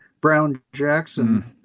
Brown-Jackson